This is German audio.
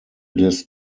des